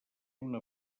una